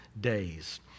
days